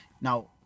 now